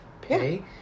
pay